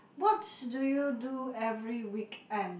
what do you do every weekend